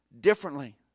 differently